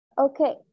Okay